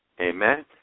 Amen